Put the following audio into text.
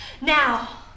Now